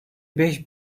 beş